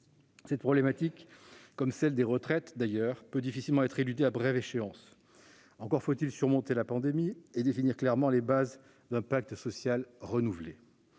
Cette problématique, comme celle des retraites d'ailleurs, peut difficilement être éludée à brève échéance. Encore faut-il surmonter la pandémie et définir clairement les bases d'un pacte social renouvelé.